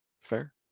fair